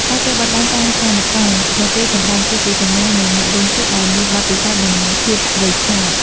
ការចេះបត់បែនតាមស្ថានការណ៍នៅពេលសម្តែងគឺជាសញ្ញានៃអ្នកលេងសៀកដែលមានបទពិសោធន៍ និង ភាពវៃឆ្លាត។